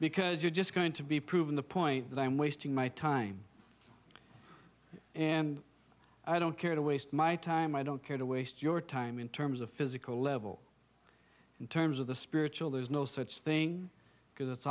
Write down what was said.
because you're just going to be proving the point that i'm wasting my time and i don't care to waste my time i don't care to waste your time in terms of physical level in terms of the spiritual there's no such thing because it's